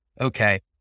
okay